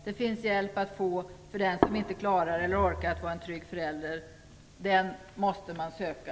Det finns hjälp att få för den som inte klarar eller orkar att vara trygg förälder. Den måste man söka.